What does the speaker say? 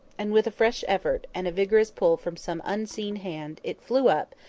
and, with fresh effort, and a vigorous pull from some unseen hand, it flew up,